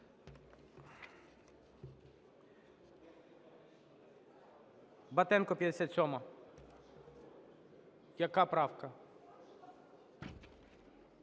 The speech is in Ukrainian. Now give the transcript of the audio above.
Батенко, 57-а. Яка правка?